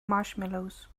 marshmallows